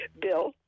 bill